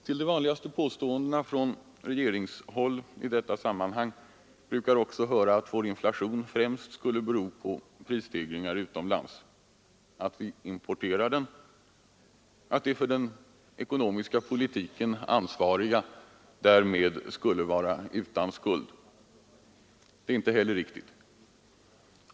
Till de vanligaste påståendena från regeringshåll i detta sammanhang hör också att vår inflation främst skulle bero på prisstegringar utomlands, att vi importerar dem och att de för den ekonomiska politiken ansvariga därmed skulle vara utan skuld. Det är inte heller riktigt.